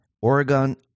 Oregon